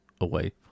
away